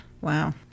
Wow